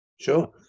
Sure